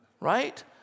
Right